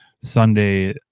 Sunday